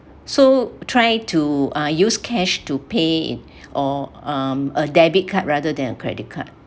so try to ah use cash to pay or um a debit card rather than a credit card